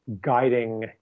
guiding